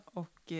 och